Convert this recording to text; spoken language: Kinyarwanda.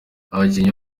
abakinnyi